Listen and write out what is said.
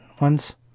ones